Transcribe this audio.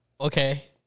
Okay